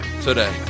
today